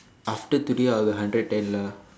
after today I will hundred ten lah